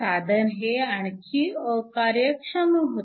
साधन हे आणखी अकार्यक्षम होते